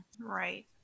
Right